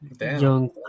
Young